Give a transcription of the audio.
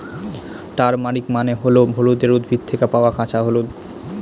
turmeric মানে হল হলুদের উদ্ভিদ থেকে পাওয়া কাঁচা হলুদ